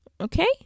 Okay